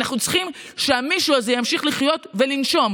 אנחנו צריכים שהמישהו הזה ימשיך לחיות ולנשום.